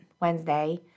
Wednesday